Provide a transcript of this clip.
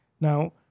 Now